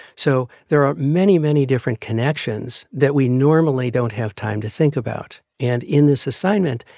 so there are many, many different connections that we normally don't have time to think about. and in this assignment,